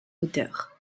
auteurs